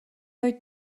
үед